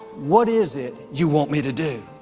what is it you want me to do?